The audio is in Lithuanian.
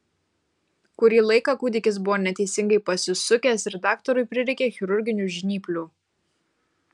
kurį laiką kūdikis buvo neteisingai pasisukęs ir daktarui prireikė chirurginių žnyplių